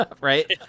Right